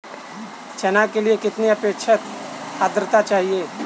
चना के लिए कितनी आपेक्षिक आद्रता चाहिए?